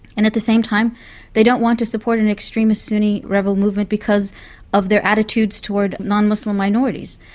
and at the same time they don't want to support an extremist sunni rebel movement because of their attitudes toward non-muslim minorities.